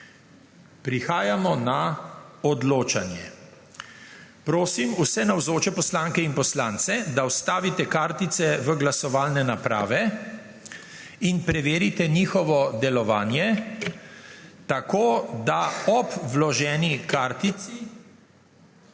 Prehajamo na odločanje. Prosim vse navzoče poslanke in poslance, da vstavite kartice v glasovalne naprave in preverite njihovo delovanje tako, da ob vloženi kartici